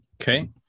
Okay